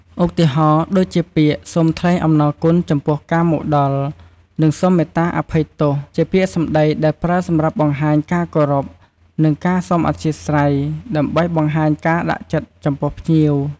ឧទាហរណ៍ ដូចជាពាក្យ "សូមថ្លែងអំណរគុណចំពោះការមកដល់" និង "សូមមេត្តាអភ័យទោស" ជាពាក្យសម្តីដែលប្រើសម្រាប់បង្ហាញការគោរព និងការសុំអធ្យាស្រ័យ ដើម្បីបង្ហាញការដាក់ចិត្តចំពោះភ្ញៀវ